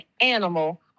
animal